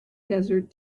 desert